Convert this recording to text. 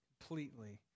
completely